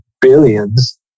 Billions